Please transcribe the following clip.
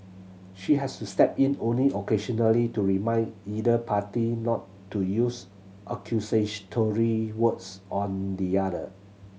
she has to step in only occasionally to remind either party not to use accusatory words on the other